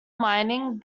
mining